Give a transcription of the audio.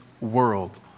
world